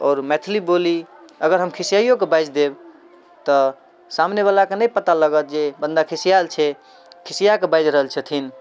आओर मैथिली बोली अगर हम खिसियाइयो कऽ बाजि देब तऽ सामने बला के नहि पता लागत जे बन्दा खिसियाएल छै खिसिया कऽ बाजि रहल छथिन